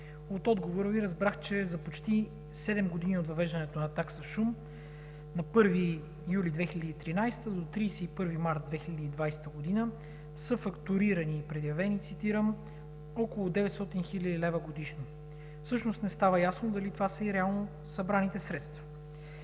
От отговора Ви разбрах, че за почти седем години от въвеждането на такса шум, на 1 юли 2013 г. до 31 март 2020 г., са „фактурирани и предявени“, цитирам, около 900 хил. лв. годишно. Всъщност не става ясно дали това са и реално събраните средства.